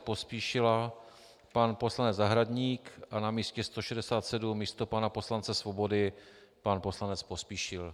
Pospíšila pan poslanec Zahradník a na místě 167 místo pana poslance Svobody pan poslanec Pospíšil.